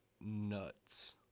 nuts